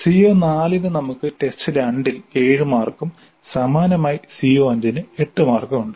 CO4 ന് നമുക്ക് test 2 ൽ 7 മാർക്കും സമാനമായി CO5 ന് 8 മാർക്കും ഉണ്ട്